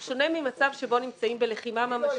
הוא שונה ממצב שבו נמצאים בלחימה ממשית.